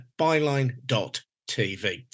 byline.tv